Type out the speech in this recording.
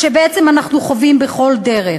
שבעצם אנחנו חווים בכל דרך.